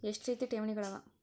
ಎಷ್ಟ ರೇತಿ ಠೇವಣಿಗಳ ಅವ?